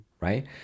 right